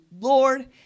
Lord